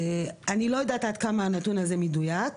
אני לא יודעת עד כמה הנתון הזה מדויק,